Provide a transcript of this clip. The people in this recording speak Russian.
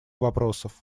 вопросов